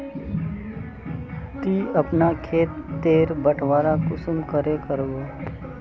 ती अपना खेत तेर बटवारा कुंसम करे करबो?